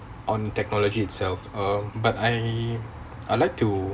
on technology itself um but I I like to